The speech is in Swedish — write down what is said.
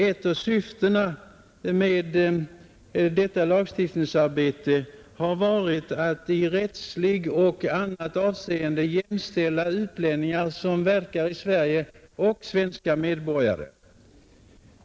Ett av syftena med det lagstiftningsarbetet har varit att i rättsligt och annat avseende jämställa utlänningar, som verkar i Sverige, och svenska medborgare.